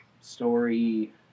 story